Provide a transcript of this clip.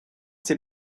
ses